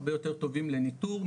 הרבה יותר טובים לניתור,